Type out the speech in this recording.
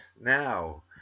Now